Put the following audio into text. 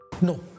No